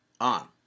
on